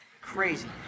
Crazy